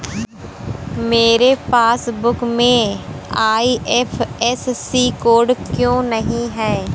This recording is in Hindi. मेरे पासबुक में आई.एफ.एस.सी कोड क्यो नहीं है?